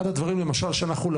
אחד הדברים שלמדנו,